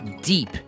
deep